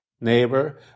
Neighbor